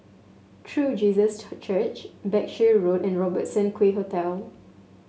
True Jesus Church Berkshire Road and Robertson Quay Hotel